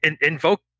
invoke